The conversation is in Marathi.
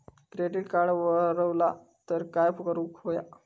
क्रेडिट कार्ड हरवला तर काय करुक होया?